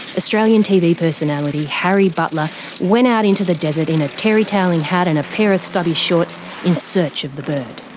australian tv personality harry butler went out into the desert in a terry-towelling hat and a pair of stubby shorts in search of the bird.